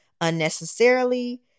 unnecessarily